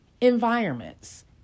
environments